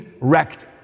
wrecked